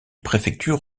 préfecture